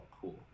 cool